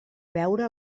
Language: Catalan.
veure